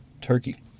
Turkey